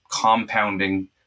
compounding